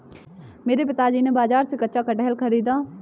मेरे पिता ने बाजार से कच्चा कटहल खरीदा